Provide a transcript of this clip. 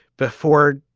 before.